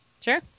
Sure